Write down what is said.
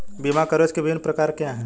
बीमा कवरेज के विभिन्न प्रकार क्या हैं?